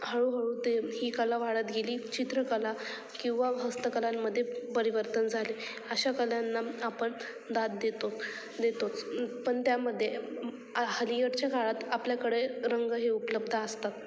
हळूहळू ते ही कला वाढत गेली चित्रकला किंवा हस्तकलांमध्ये परिवर्तन झाले अशा कलांना आपण दाद देतो देतोच पण त्यामध्ये अलिकडच्या काळात आपल्याकडे रंग हे उपलब्ध असतात